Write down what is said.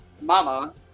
Mama